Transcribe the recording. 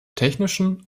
technischen